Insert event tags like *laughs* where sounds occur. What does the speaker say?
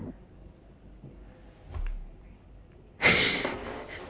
*laughs*